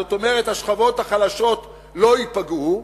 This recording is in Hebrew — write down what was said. כלומר השכבות החלשות לא ייפגעו,